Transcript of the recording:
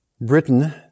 Britain